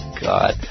God